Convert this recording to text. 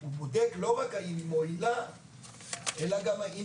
הוא בודק לא רק האם היא מועילה אלא גם האם